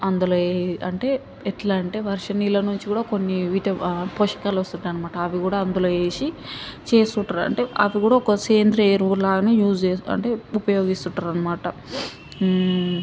అందులో ఏ అంటే ఎట్లంటే వర్షం నీళ్ళ నుంచి కూడా ఒకొక్కసారి విటమి పోషకాలు వస్తుంటాయి అనమాట అవి కూడా అందులో వేసి చేస్తుంటారు అంటే అవికూడా ఒక సేంద్రియ ఎరువులు లాగానే యూస్ చేస్తుంటా అంటే ఉపయోగిస్తుంటారు అనమాట